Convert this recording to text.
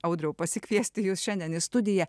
audriau pasikviesti jus šiandien į studiją